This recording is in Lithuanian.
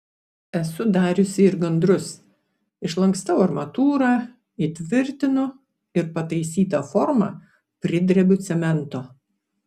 esu dariusi ir gandrus išlankstau armatūrą įtvirtinu ir pataisytą formą pridrebiu cemento